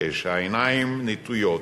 כשהעיניים נטויות